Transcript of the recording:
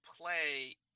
play